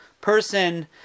person